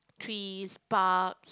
trees parks